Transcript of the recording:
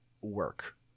work